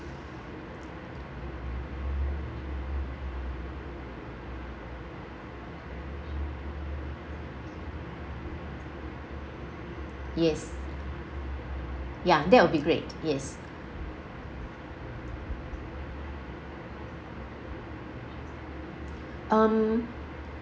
yes yeah that will be great yes um